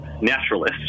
naturalists